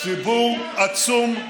עוד